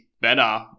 better